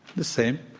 the same.